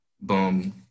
boom